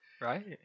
Right